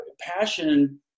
passion